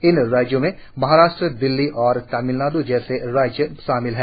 इन राज्यों में महाराष्ट्र दिल्ली और तमिलनाड् जैसे राज्य शामिल हैं